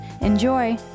Enjoy